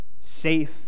safe